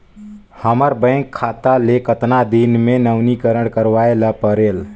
हमर बैंक खाता ले कतना दिन मे नवीनीकरण करवाय ला परेल?